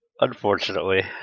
Unfortunately